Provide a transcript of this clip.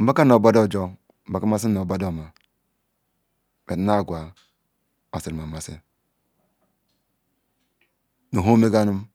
nbekam obu deda oju nbu mesim bede oma buy nu aghea masirim amasi nu ha omegarum